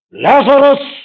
Lazarus